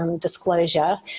disclosure